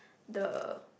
the